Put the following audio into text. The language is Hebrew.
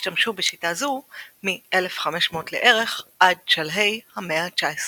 השתמשו בשיטה זו מ-1500 לערך עד שלהי המאה ה-19.